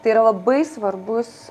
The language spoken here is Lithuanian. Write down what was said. tai yra labai svarbus